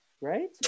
Right